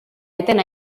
eten